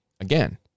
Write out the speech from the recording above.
Again